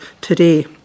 today